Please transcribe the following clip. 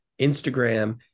Instagram